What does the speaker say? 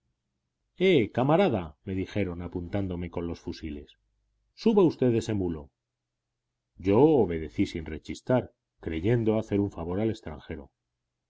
camarada me dijeron apuntándome con los fusiles suba usted ese mulo yo obedecí sin rechistar creyendo hacer un favor al extranjero